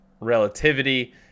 relativity